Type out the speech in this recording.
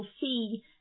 see